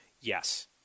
Yes